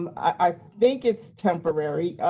i think it's temporary.